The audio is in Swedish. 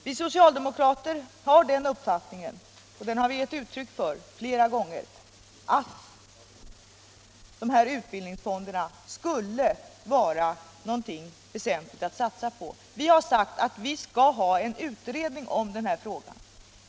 Vi socialdemokrater har den uppfattningen — och den har vi givit uttryck för flera gånger — att utbildningsfonderna är något väsentligt att satsa på. Vi har sagt att vi skall ha en utredning om denna fråga.